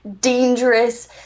dangerous